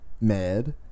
mad